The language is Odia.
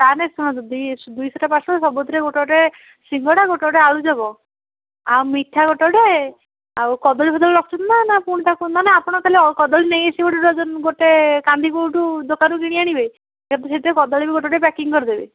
ତାହେଲେ ଶୁଣନ୍ତୁ ଦୁଇ ଶହଟା ପାର୍ସଲ ସବୁଥିରେ ଗୋଟେ ଗୋଟେ ସିଙ୍ଗଡ଼ା ଗୋଟେ ଗୋଟେ ଆଳୁଚପ୍ ଆଉ ମିଠା ଗୋଟେ ଗୋଟେ ଆଉ କଦଳୀଫଦଳି ରଖୁଛନ୍ତି ନା ନା ପୁଣି ତାକୁ ନହେଲେ ଆପଣ ତାହାଲେ ଗୋଟେ ଡର୍ଜନ ଗୋଟେ କାନ୍ଧି କେଉଁଠୁ ଦୋକାନରୁ କିଣି ଆଣିବେ ସେଥିରେ କଦଳୀ ବି ଗୋଟେ ଗୋଟେ ପ୍ୟାକିଙ୍ଗ୍ କରିଦେବେ